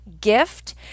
gift